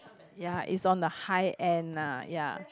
ya it's on the high end ah ya